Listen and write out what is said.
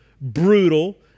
brutal